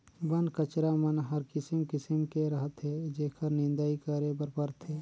बन कचरा मन हर किसिम किसिम के रहथे जेखर निंदई करे बर परथे